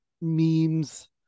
memes